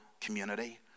community